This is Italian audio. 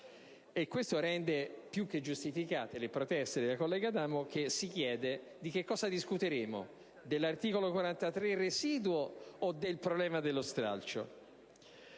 Ciò rende più che giustificate le proteste della collega Adamo che si chiede di cosa discuteremo, se dell'articolo 43 residuo o del problema dello stralcio.